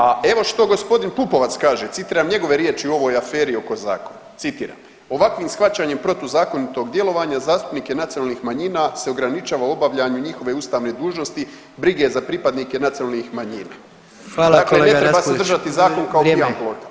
A evo što g. Pupovac kaže, citiram njegove riječi u ovoj aferi oko zakona citiram „ovakvim shvaćanjem protuzakonitog djelovanja zastupnik je nacionalnih manjina se ograničava u obavljanju njihove ustavne dužnosti, brige za pripadnike nacionalnih manjina“, dakle ne treba se [[Upadica predsjednik: Hvala kolega Raspudić.]] držati zakona kao pijan plota.